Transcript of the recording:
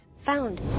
Found